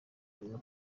ibintu